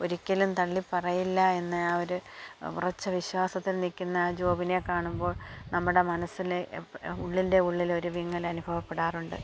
ഒരിക്കലും തള്ളിപ്പറയില്ല എന്ന് ആ ഒരു ഉറച്ച വിശ്വാസത്തിൽ നിൽക്കുന്ന ആ ജോബിനെ കാണുമ്പോൾ നമ്മുടെ മനസ്സിനെ ഉള്ളിൻ്റെ ഉള്ളിലൊരു വിങ്ങലനുഭവപ്പെടാറുണ്ട്